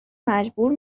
مجبور